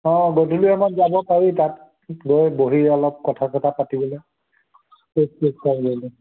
অঁ গধূলি সময়ত যাব পাৰি তাত গৈ বহি অলপ কথা চথা পাতিবললৈ